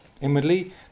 Inwardly